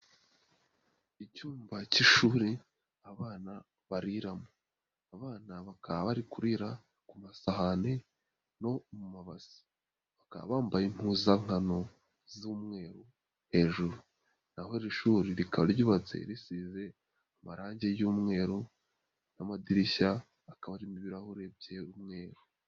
Icyumba k'ishuri abana bariramo. Abana bakaba bari kurira ku masahane, no mu mabase bakaba bambaye impuzankano z'umweru hejuru, naho iri shuri rikaba ryubatse risize amarangi y'umweru n'amadirishya akaba arimo ibirahurire by'umweru.